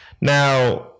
now